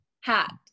Hat